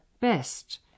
best